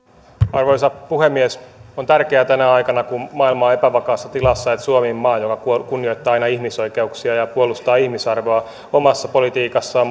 arvoisa puhemies on tärkeää tänä aikana kun maailma on epävakaassa tilassa että suomi on maa joka kunnioittaa aina ihmisoikeuksia ja ja puolustaa ihmisarvoa omassa politiikassaan